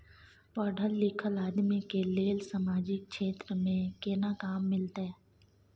पढल लीखल आदमी के लेल सामाजिक क्षेत्र में केना काम मिलते?